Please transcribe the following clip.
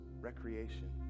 recreation